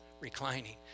reclining